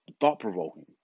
thought-provoking